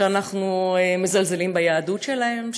שאנחנו מזלזלים ביהדות שלהם?